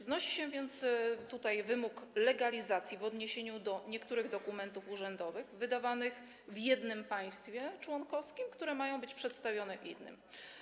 Znosi się więc tutaj wymóg legalizacji w odniesieniu do niektórych dokumentów urzędowych wydawanych w jednym państwie członkowskim, które mają być przedstawione w innym.